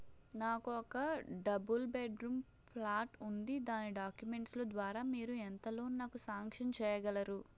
నాకు ఒక double bedroom flat ఉంది దాని డాక్యుమెంట్స్ లు ద్వారా మీరు ఎంత లోన్ నాకు సాంక్షన్ చేయగలరు?